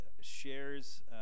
shares